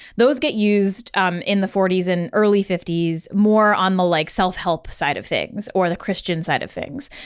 those get used um in the nineteen forty s and early fifty s, more on the like self-help side of things or the christian side of things.